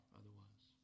otherwise